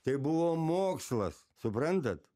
tai buvo mokslas suprantat